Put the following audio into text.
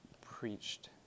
preached